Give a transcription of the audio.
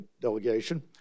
delegation